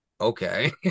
okay